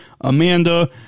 Amanda